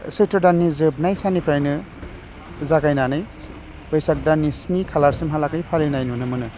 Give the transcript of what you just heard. सैत्र दाननि जोबनाय साननिफ्रायनो जागायनानै बैसाग दाननि स्नि खालारसिमहालागै फालिनाय नुनो मोनो